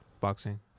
boxing